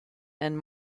and